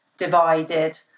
divided